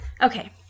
Okay